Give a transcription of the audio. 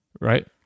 right